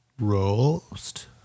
Roast